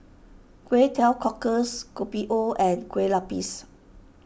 Kway Teow Cockles Kopi O and Kueh Lupis